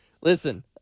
Listen